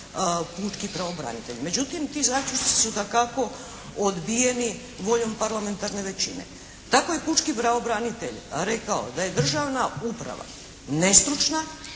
pučki pravobranitelj. Međutim ti zaključci su dakako odbijeni voljom parlamentarne većina. Kako je pučki pravobranitelj rekao da je državna uprava nestručna